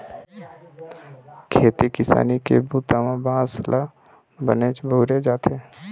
खेती किसानी के बूता म बांस ल बनेच बउरे जाथे